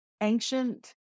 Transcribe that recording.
ancient